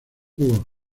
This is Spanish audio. war